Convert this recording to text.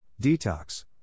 Detox